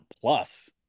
Plus